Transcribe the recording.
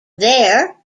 there